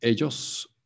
ellos